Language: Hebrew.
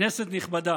כנסת נכבדה,